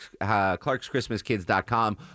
Clark'sChristmasKids.com